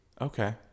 Okay